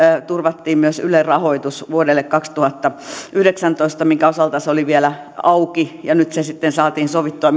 turvattiin myös ylen rahoitus vuodelle kaksituhattayhdeksäntoista jonka osalta se oli vielä auki ja nyt se sitten saatiin sovittua